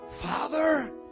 Father